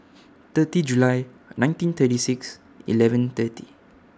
thirty July nineteen thirty six eleven thirty